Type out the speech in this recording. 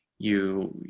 you,